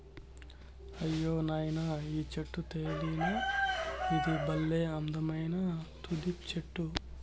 అయ్యో నాయనా ఈ చెట్టు తెలీదా ఇది బల్లే అందమైన తులిప్ చెట్టు